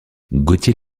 gauthier